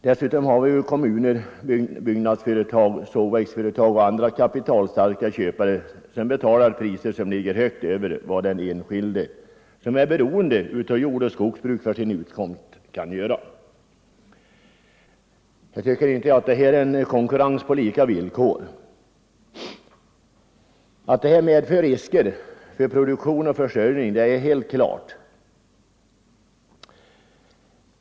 Dessutom kan kommuner, byggnadsföretag, sågverksföretag och andra kapitalstarka köpare betala priser som ligger högt över vad den enskilde, som är beroende av jordoch skogsbruket för sin utkomst, kan göra. Jag tycker inte att det är konkurrens på lika villkor. Att det medför risker för produktion och försörjning är helt klart.